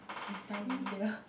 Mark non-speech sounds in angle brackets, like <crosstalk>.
can study here <laughs>